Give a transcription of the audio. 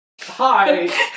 Hi